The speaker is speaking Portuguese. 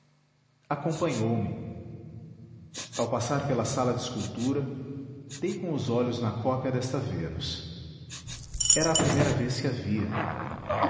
acompanhou-me ao passar pela sala de escultura dei com os olhos na cópia desta vênus era a primeira vez que